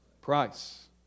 price